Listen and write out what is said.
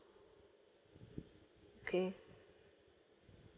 okay